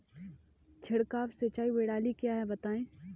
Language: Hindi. छिड़काव सिंचाई प्रणाली क्या है बताएँ?